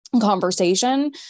Conversation